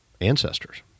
ancestors